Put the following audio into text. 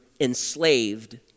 enslaved